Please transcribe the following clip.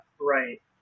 Right